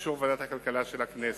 באישור ועדת הכלכלה של הכנסת.